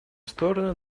стороны